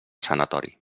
sanatori